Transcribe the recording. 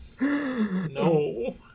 No